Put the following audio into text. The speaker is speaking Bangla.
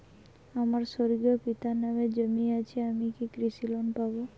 আমার স্বর্গীয় পিতার নামে জমি আছে আমি কি কৃষি লোন পাব?